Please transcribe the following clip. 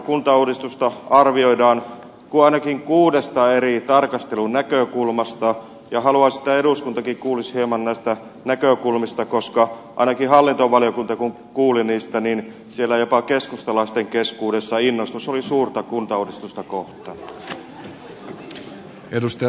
kuntauudistusta arvioidaan ainakin kuudesta eri tarkastelunäkökulmasta ja haluaisin että eduskuntakin kuulisi hieman näistä näkökulmista koska ainakin kun hallintovaliokunta kuuli niistä siellä jopa keskustalaisten keskuudessa innostus oli suurta kuntauudistusta kohtaan